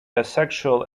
asexual